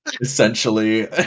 Essentially